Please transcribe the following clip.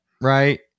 right